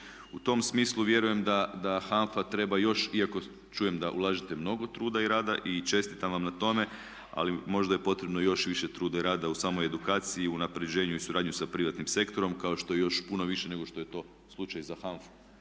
U tom smislu vjerujem da HANFA treba još, iako čujem da ulažete mnogo truda i rada i čestitam vam na tome, ali možda je potrebno još više truda i rada u samoj edukaciji, u unapređenju i suradnji sa privatnim sektorom kao što je još puno više nego što je to slučaj za HANFA-u.